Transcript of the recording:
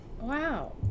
Wow